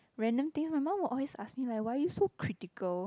random thing some more or always ask me like why you so critical